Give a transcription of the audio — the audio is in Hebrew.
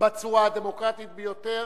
בצורה הדמוקרטית ביותר